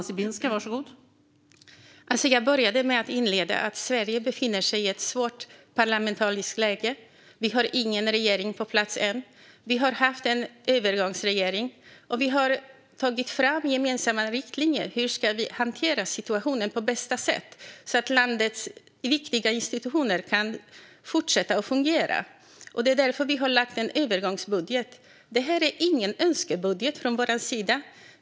Fru talman! Jag började med att säga att Sverige befinner sig i ett svårt parlamentariskt läge. Vi har ingen regering på plats än. Vi har haft en övergångsregering, och vi har tagit fram gemensamma riktlinjer för hur vi ska hantera situationen på bästa sätt så att landets viktiga institutioner kan fortsätta fungera. Det är därför vi har lagt fram en övergångsbudget. Det är ingen önskebudget från vår sida.